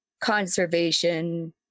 conservation